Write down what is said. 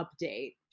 update